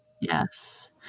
yes